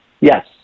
Yes